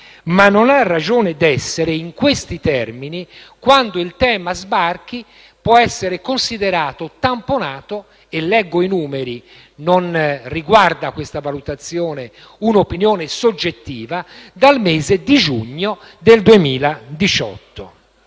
Ma non ha ragion d'essere in questi termini quando il tema sbarchi può essere considerato tamponato - e leggo i numeri, questa valutazione non riguarda un'opinione soggettiva - dal mese di giugno del 2018.